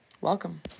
welcome